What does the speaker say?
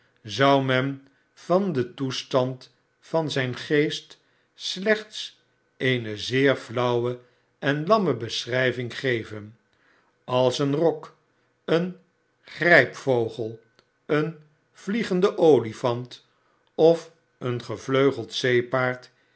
zou men van den toestand van zijn geest slechts eene zeer flauwe en lamme beschrijving geven als een rok een grijpvogel een vliegende olifant of een gevleugeld zeepaard